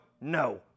no